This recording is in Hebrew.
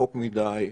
רחוק מדי,